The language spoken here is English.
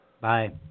Bye